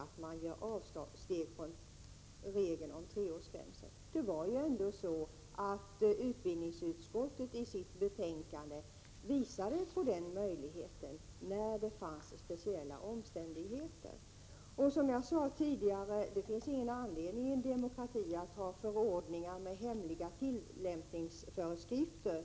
Utbildningsutskottet visade ju i sitt betänkande på möjligheten att göra avsteg från regeln när det förelåg speciella omständigheter. I en demokrati finns det, som jag sade tidigare, ingen anledning att ha förordningar med hemliga tillämpningsföreskrifter.